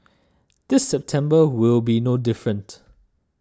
this September will be no different